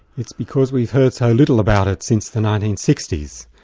it's because we've heard so little about it since the nineteen sixty s.